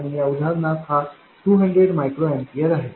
आणि या उदाहरणात हा 200 मायक्रो एम्पीयर आहे